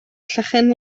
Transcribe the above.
llechen